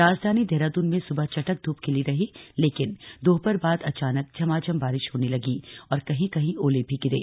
राजधानी देहरादून में सुबह चटख धूप खिली रही लेकिन दोपहर बाद अचानक झमाझम बारिश होने लगी और कहीं कहीं ओले भी गिरे